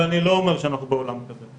ואני לא אומר שאנחנו בעולם כזה,